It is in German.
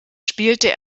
spielte